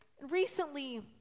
Recently